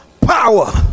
power